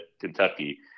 Kentucky